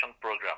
program